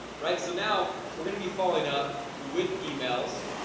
right so now we're gonna be following up with emails,